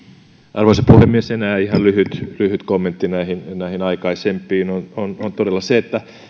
arvoisa puhemies enää ihan lyhyt lyhyt kommentti näihin näihin aikaisempiin liittyen todella